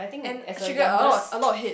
and she get a lot a lot of hate